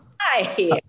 hi